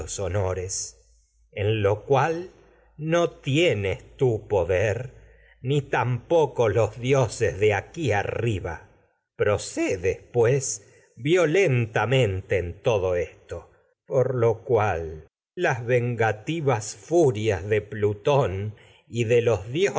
honores dioses en en lo cual tienes poder pues ni tampoco los de aquí arriba lo procedes las violentamente vas todo esto por cual vengati si furias de plutón y de los dioses